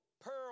pearl